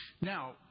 now